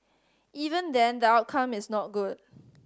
even then the outcome is not good